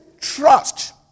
trust